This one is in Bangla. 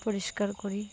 পরিষ্কার করি